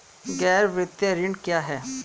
गैर वित्तीय ऋण क्या है?